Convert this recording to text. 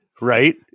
Right